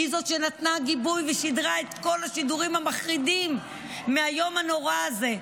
היא זו שנתנה גיבוי ושידרה את כל השידורים המחרידים מהיום הנורא הזה,